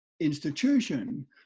institution